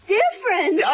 different